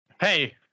Hey